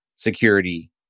security